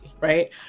right